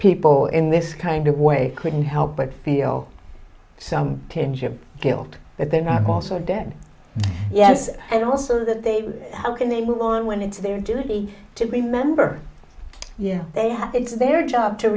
people in this kind of way couldn't help but feel some tinge of guilt that they're not also dead yes and also that they how can they move on when it's their duty to remember yeah they have it's their job to